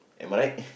am I right